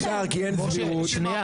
אני רוצה